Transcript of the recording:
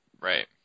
Right